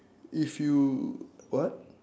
if you what